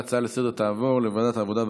ההצעה לסדר-היום תעבור לוועדת העבודה,